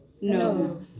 No